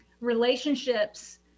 relationships